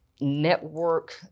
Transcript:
network